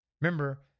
Remember